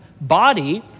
body